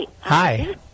Hi